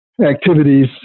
activities